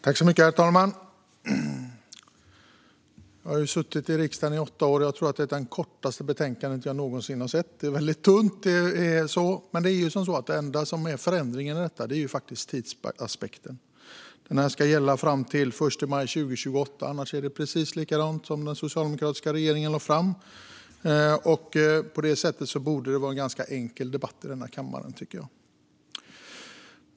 Herr talman! Jag har suttit i riksdagen i åtta år, och jag tror att detta är det kortaste betänkande jag någonsin har sett. Det är väldigt tunt. Men den enda riktiga förändringen i detta är faktiskt tidsaspekten. Det ska gälla fram till den 1 maj 2028. Annars är det precis likadant som det som den socialdemokratiska regeringen lade fram. Därför borde det också vara en ganska enkel debatt i denna kammare, tycker jag.